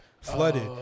flooded